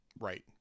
Right